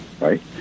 right